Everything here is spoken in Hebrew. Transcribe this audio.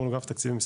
אגף תקציבים,